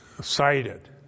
cited